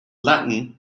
latin